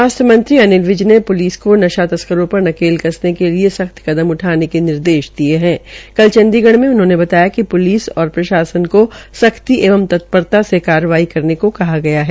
स्वास्थ्य मंत्री अमित विज ने प्लिस को नशा तस्करों पर नकेल कसने के लिये सख्त कदम उठाने के निर्देश दिये हा कल चंडीगढ़ में उन्होंने बताया कि प्लिस और प्रशासन को सख्ती एवं तत्परता से कार्रवाई करने को कहा गया है